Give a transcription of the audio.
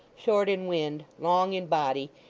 short in wind, long in body,